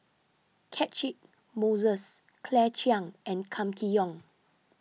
Catchick Moses Claire Chiang and Kam Kee Yong